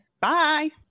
Bye